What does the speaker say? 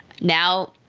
Now –